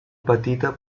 petita